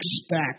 expect